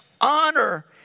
honor